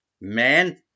man